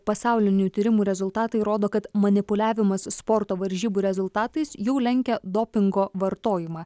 pasaulinių tyrimų rezultatai rodo kad manipuliavimas sporto varžybų rezultatais jau lenkia dopingo vartojimą